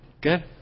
Good